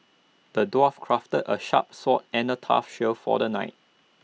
the dwarf crafted A sharp sword and A tough shield for the knight